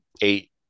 eight